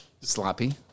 sloppy